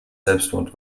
selbstmord